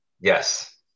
Yes